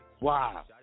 Wow